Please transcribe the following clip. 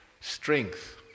Strength